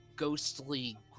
ghostly